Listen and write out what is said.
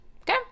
okay